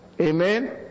Amen